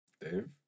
Dave